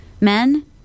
Men